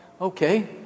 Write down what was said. Okay